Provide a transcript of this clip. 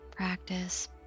Practice